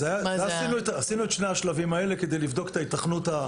עשינו את שני השלבים האלה כדי לבדוק את ההיתכנות.